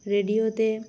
রেডিওতে